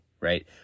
right